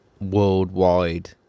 worldwide